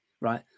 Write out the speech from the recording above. right